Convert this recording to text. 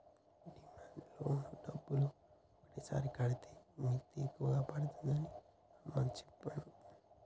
demand loan డబ్బులు ఒకటేసారి కడితే మిత్తి ఎక్కువ పడుతుందని హనుమంతు చెప్పిండు